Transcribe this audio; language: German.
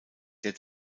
der